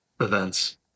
events